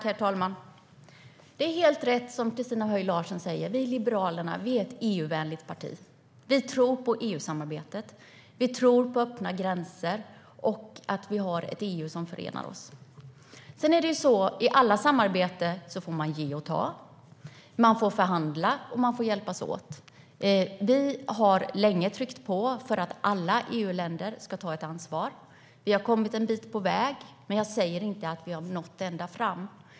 Herr talman! Det som Christina Höj Larsen säger är helt rätt. Liberalerna är ett EU-vänligt parti. Vi tror på EU-samarbetet. Vi tror på öppna gränser och på ett EU som förenar oss. I alla samarbeten får man ge och ta. Man får förhandla, och man får hjälpas åt. Vi har länge tryckt på för att alla EU-länder ska ta ansvar. Vi har kommit en bit på vägen. Jag säger inte att vi har nått ända fram.